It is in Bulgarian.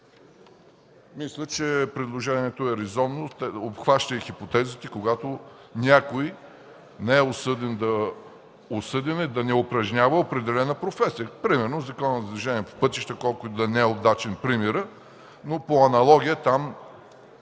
Мисля, че предложението е резонно. То обхваща хипотезите, когато някой е осъден да не упражнява определена професия. Например, Законът за движението по пътищата, колкото и да не е удачен примерът, но по аналогия там